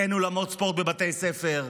אין אולמי ספורט בבתי הספר,